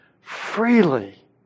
freely